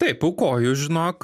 taip aukoju žinok